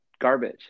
garbage